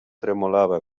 tremolava